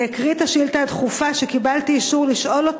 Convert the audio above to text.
אני אקריא את השאילתה הדחופה שקיבלתי אישור לשאול,